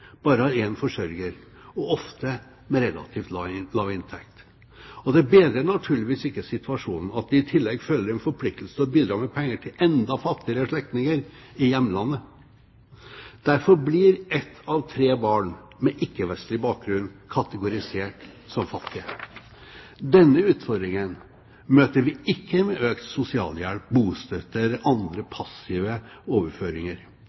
bare har en forsørger og ofte med relativt lav inntekt. Det bedrer naturligvis ikke situasjonen at de i tillegg føler en forpliktelse til å bidra med penger til enda fattigere slektninger i hjemlandet. Derfor blir ett av tre barn med ikke-vestlig bakgrunn kategorisert som fattig. Denne utfordringen møter vi ikke med økt sosialhjelp, bostøtte eller andre passive overføringer